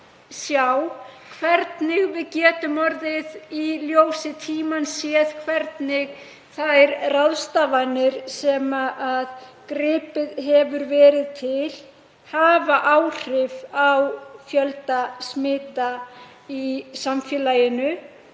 sjá hvernig við getum, í ljósi tímans, séð hvernig þær ráðstafanir sem gripið hefur verið til hafa áhrif á fjölda smita í samfélaginu.